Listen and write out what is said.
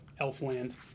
Elfland